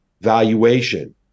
valuation